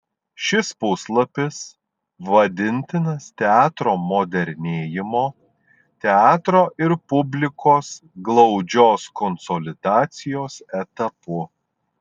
šis puslapis vadintinas teatro modernėjimo teatro ir publikos glaudžios konsolidacijos etapu